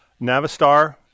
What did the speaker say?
Navistar